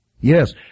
Yes